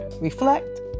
reflect